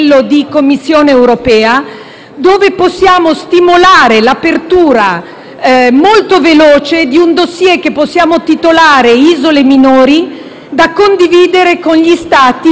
dove stimolare l'apertura, molto veloce, di un *dossier* che possiamo titolare «Isole minori», da condividere con gli Stati che hanno delle regioni